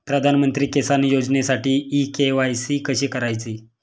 प्रधानमंत्री किसान योजनेसाठी इ के.वाय.सी कशी करायची?